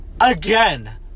Again